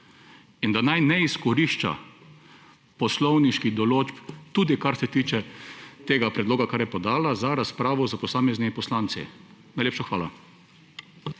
in da naj ne izkorišča poslovniških določb, tudi kar se tiče tega predloga, kar je podala, za razpravo s posameznimi poslanci. Najlepša hvala.